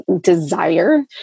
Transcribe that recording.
desire